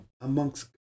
amongst